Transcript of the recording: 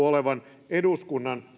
olevan eduskunnan